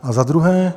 A za druhé.